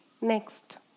Next